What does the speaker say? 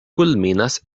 kulminas